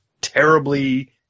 terribly